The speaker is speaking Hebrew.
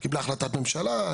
היא קיבלה החלטת ממשלה,